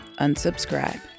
unsubscribe